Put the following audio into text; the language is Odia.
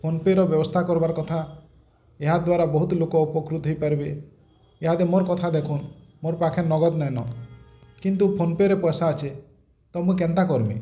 ଫୋନ୍ ପେର ବ୍ୟବସ୍ଥା କରବାର୍ କଥା ଏହାଦ୍ୱାରା ବହୁତଲୋକ ଉପକୃତ ହେଇପାରିବେ ଏହାଦି ମୋର କଥା ଦେଖନ୍ ମୋର ପାଖେ ନଗଦ୍ ନାଇନ୍ କିନ୍ତୁ ଫୋନ୍ ପେରେ ପଇସା ଅଛେ ତ ମୁଁ କେନ୍ତା କର୍ମି